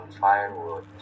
firewood